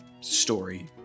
story